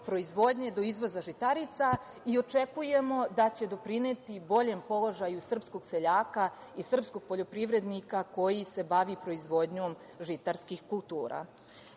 do izvoza žitarica i očekujemo da će doprineti i boljem položaju srpskog seljaka i srpskog poljoprivrednika koji se bavi proizvodnjom žitarskih kultura. Takođe,